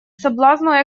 соблазну